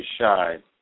shine